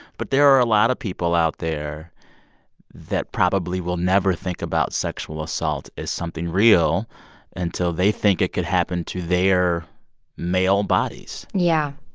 but there are a lot of people out there that probably will never think about sexual assault as something real until they think it could happen to their male bodies yeah.